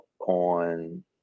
on